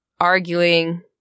arguing